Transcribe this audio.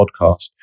podcast